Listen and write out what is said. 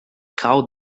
call